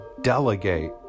delegate